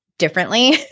differently